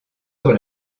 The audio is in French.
sur